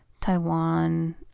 taiwan